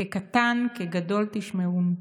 כקטֹן כגדֹל תשמעון,